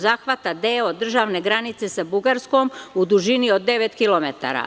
Zahvata deo državne granice sa Bugarskom u dužini od 9 km.